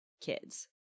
kids